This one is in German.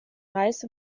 reis